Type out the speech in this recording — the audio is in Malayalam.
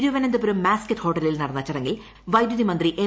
തിരുവനന്തപുരം മാസ്ക്കറ്റ് ഹോട്ടലിൽ നടന്ന ചടങ്ങിൽ വൈദ്യുതി മന്ത്രി എം